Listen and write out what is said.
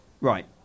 Right